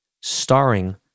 starring